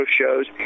shows